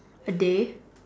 a day